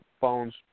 phones